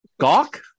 Gawk